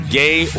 gay